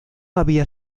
había